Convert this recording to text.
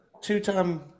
two-time